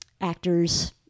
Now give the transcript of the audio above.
actors